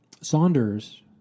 Saunders